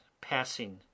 passing